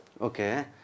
Okay